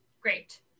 Great